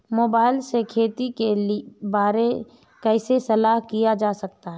Mobile से खेती के बारे कैसे सलाह लिया जा सकता है?